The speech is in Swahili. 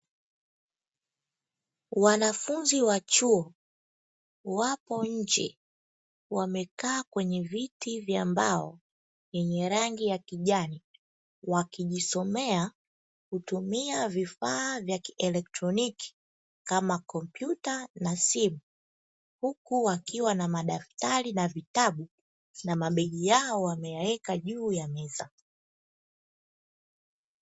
Wanafunzi wa chuo wapo nje wamekaa kwenye viti vya mbao yenye rangi ya kijani, wakijisomea kutumia vifaa vya kielektroniki kama kompyuta na simu huku wakiwa na madaftari na vitabu na mabegi yao wameyaweka juu ya meza.